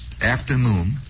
afternoon